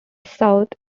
south